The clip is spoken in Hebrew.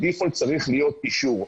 הדיפולט צריך להיות אישור.